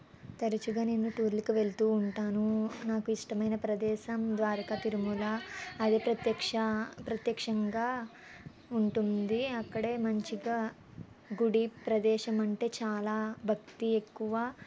తరచుగా నేను టూర్లకు వెళుతూ ఉంటాను నాకు ఇష్టమైన ప్రదేశం ద్వారక తిరుమల అది ప్రత్యక్ష ప్రత్యక్షంగా ఉంటుంది అక్కడే మంచిగా గుడి ప్రదేశం అంటే చాలా భక్తి ఎక్కువ